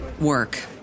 work